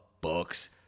books